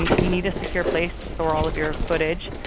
ah you need a secure place to store all of your footage.